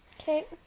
Okay